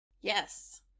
Yes